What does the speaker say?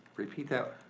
repeat that. sure.